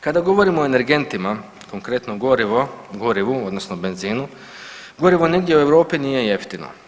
Kada govorimo o energentima, konkretno gorivo, gorivu odnosno benzinu, gorivo nigdje u Europi nije jeftino.